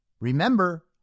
Remember